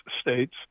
states